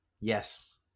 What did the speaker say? Yes